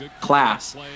class